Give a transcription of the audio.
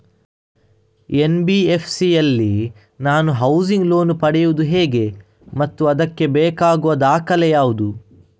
NBFC ಯಲ್ಲಿ ನಾನು housing loan ಪಡೆಯುದು ಹೇಗೆ ಮತ್ತು ಅದಕ್ಕೆ ಬೇಕಾಗುವ ದಾಖಲೆ ಯಾವುದು?